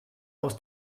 aus